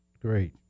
Great